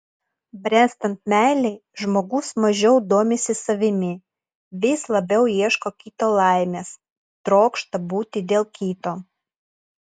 bręstant meilei žmogus mažiau domisi savimi vis labiau ieško kito laimės trokšta būti dėl kito